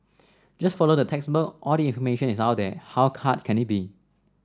just follow the textbook all the information is out there how hard can it be